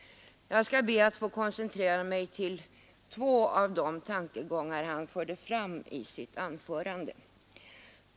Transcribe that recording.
Jag skall be att få koncentrera mig till två av de tankegångar han förde fram i sitt anförande.